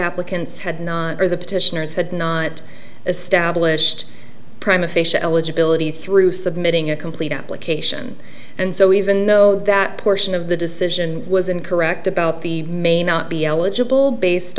applicants had not heard the petitioners had not established prime official eligibility through submitting a complete application and so even though that portion of the decision was incorrect about the may not be eligible based